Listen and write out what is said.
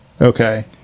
okay